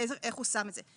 איך הוא שם את זה?